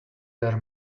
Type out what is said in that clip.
their